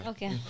Okay